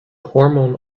hormone